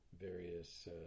various